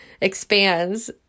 expands